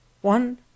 One